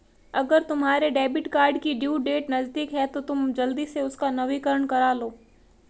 अगर तुम्हारे debit card की ड्यू डेट नज़दीक है तो तुम जल्दी से उसका नवीकरण करालो